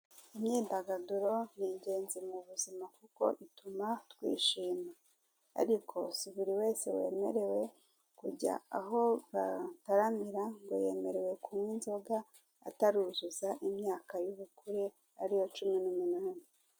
Kwidagadura ni ingenzi mu buzima kuko bituma twishima ariko si buri wese kujya aho bataramira ntibemerewe kunywa inzoga aturuzuza imyaka y'ubukure ariyo cumi n'umunani.